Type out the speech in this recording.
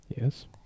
Yes